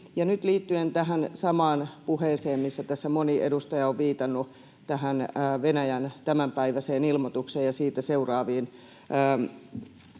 nyt liittyen tähän samaan puheeseen, mihin tässä moni edustaja on viitannut, tähän Venäjän tämänpäiväiseen ilmoitukseen ja siitä seuraaviin